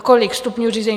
Kolik stupňů řízení?